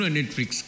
Netflix